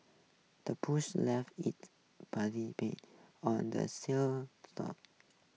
the push left its prints on the sell shore